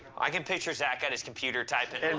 i can picture zac and his computer typing. and